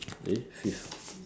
eh fifth